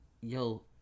yo